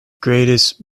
greatest